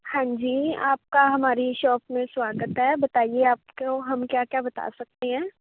ਹਾਂਜੀ ਆਪਕਾ ਹਮਾਰੀ ਸ਼ੋਪ ਮੇਂ ਸਵਾਗਤ ਹੈ ਬਤਾਈਏ ਆਪਕੋ ਹਮ ਕਿਆ ਕਿਆ ਬਤਾ ਸਕਦੇ ਹੈ